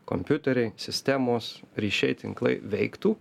kompiuteriai sistemos ryšiai tinklai veiktų